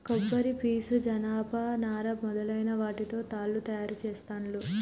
కొబ్బరి పీసు జనప నారా మొదలైన వాటితో తాళ్లు తయారు చేస్తాండ్లు